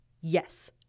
Yes